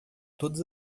todas